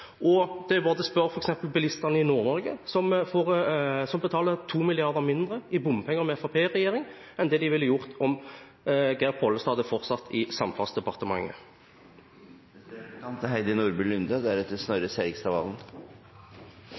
Det er bare å spørre bilistene i f.eks. Nord-Norge, som betaler 2 mrd. kr mindre i bompenger med Fremskrittspartiet i regjering enn de ville gjort om Geir Pollestad hadde fortsatt i Samferdselsdepartementet.